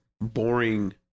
boring